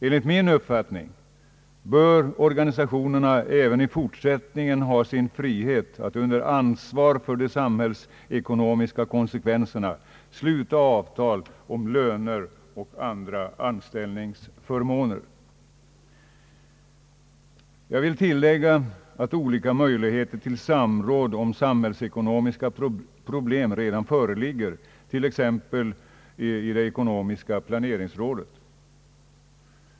Enligt min uppfattning bör organisationerna även i fortsättningen ha sin frihet att under ansvar för de samhällsekonomiska konsekvenserna sluta avtal om löner och andra anställningsförmåner. Jag vill tillägga att olika möjligheter till samråd om samhällsekonomiska problem redan föreligger, t.ex. i det ekonomiska planeringsrådet.